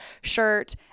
shirt